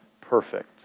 perfect